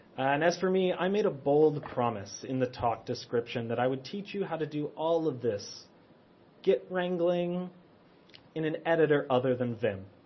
and as for me, i made a bold promise in the talk description that i would teach you how to do all of this git wrangling in an editor other than vim.